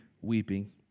weeping